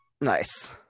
Nice